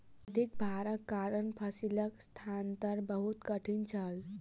अधिक भारक कारण फसिलक स्थानांतरण बहुत कठिन छल